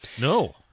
No